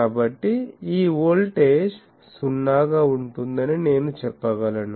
కాబట్టి ఈ వోల్టేజ్ 0 గా ఉంటుందని నేను చెప్పగలను